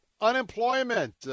unemployment